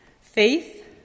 faith